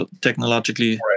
technologically